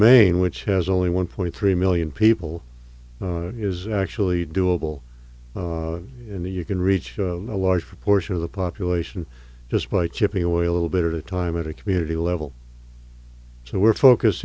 maine which has only one point three million people is actually doable in the you can reach a large proportion of the population just by chipping away a little bit at a time at a community level so we're focus